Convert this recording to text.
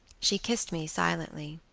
she kissed me silently.